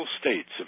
states